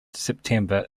september